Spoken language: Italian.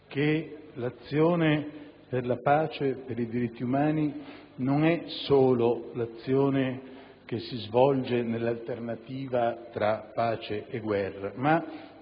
che l'azione per la pace e per i diritti umani non è solo quella che si svolge nell'alternativa tra pace e guerra, ma